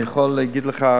אני יכול להגיד לך,